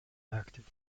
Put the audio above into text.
active